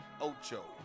Ocho